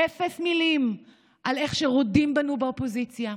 אפס מילים על איך שרודים בנו באופוזיציה.